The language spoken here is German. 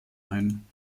ein